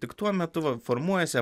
tik tuo metu va formuojasi